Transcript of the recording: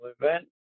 event